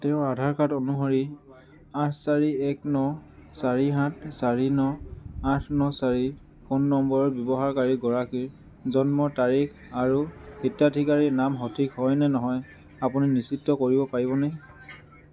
তেওঁৰ আধাৰ কাৰ্ড অনুসৰি আঠ চাৰি এক ন চাৰি সাত চাৰি ন আঠ ন চাৰি ফোন নম্বৰৰ ব্যৱহাৰকাৰী গৰাকীৰ জন্মৰ তাৰিখ আৰু হিতাধিকাৰীৰ নাম সঠিক হয়নে নহয় আপুনি নিশ্চিত কৰিব পাৰিবনে